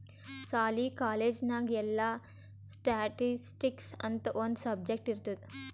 ಸಾಲಿ, ಕಾಲೇಜ್ ನಾಗ್ ಎಲ್ಲಾ ಸ್ಟ್ಯಾಟಿಸ್ಟಿಕ್ಸ್ ಅಂತ್ ಒಂದ್ ಸಬ್ಜೆಕ್ಟ್ ಇರ್ತುದ್